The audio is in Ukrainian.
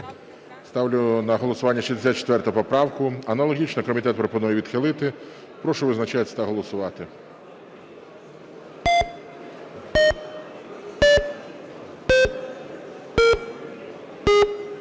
Ставлю на голосування 64 поправку. Аналогічно, комітет пропонує відхилити. Прошу визначатись та голосувати.